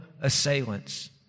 assailants